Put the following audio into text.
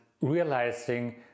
realizing